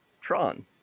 Tron